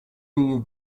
you